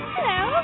Hello